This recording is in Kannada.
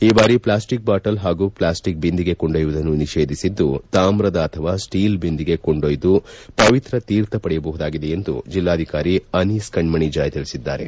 ಈ ಬಾರಿ ಪ್ಲಾಸ್ಟಿಕ್ ಬಾಟಲ್ ಹಾಗೂ ಪ್ಲಾಸ್ಟಿಕ್ ಬಿಂದಿಗೆ ಕೊಂಡೊಯ್ಕುವುದನ್ನು ನಿಷೇಧಿಸಿದ್ದು ತಾವುದ ಅಥವಾ ಸ್ವೀಲ್ ಬಿಂದಿಗೆ ಕೊಂಡೊಯ್ದು ಪವಿತ್ರ ತೀರ್ಥ ಪಡೆಯಬಹುದಾಗಿದೆ ಎಂದು ಜಿಲ್ಲಾಧಿಕಾರಿ ಅನೀಸ್ ಕಣ್ಣಣೆ ಜಾಯ್ ತಿಳಿಸಿದ್ದಾರೆ